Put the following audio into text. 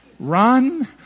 Run